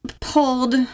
pulled